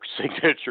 signature